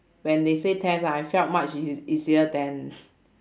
when they say test ah it felt much easier than